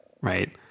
right